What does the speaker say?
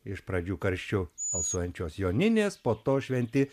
iš pradžių karščiu alsuojančios joninės po to šventi